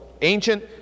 ancient